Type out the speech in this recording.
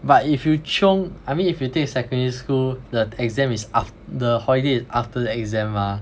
but if you chiong I mean if you take secondary school the exam is af~ the holiday is after the exam mah